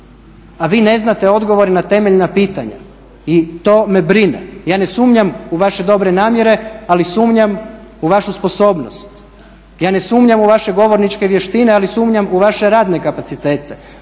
A vi ne znate odgovore na temeljna pitanja. I to me brine. Ja ne sumnjam u vaše dobre namjere ali sumnjam u vašu sposobnost. Ja ne sumnjam u vaše govorničke vještine ali sumnjam u vaše radne kapacitete.